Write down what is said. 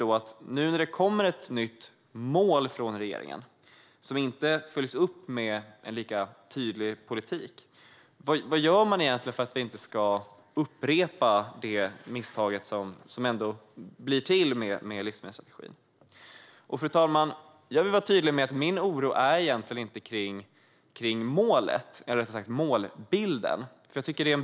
När det nu kommer ett nytt mål från regeringen som inte fylls upp med en lika tydlig politik, vad gör man för att inte upprepa samma misstag som med livsmedelsstrategin? Fru talman! Min oro handlar inte om målbilden.